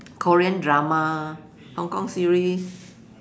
Korean drama Hong-Kong series